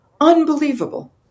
Unbelievable